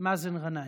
מאזן גנאים.